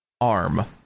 ARM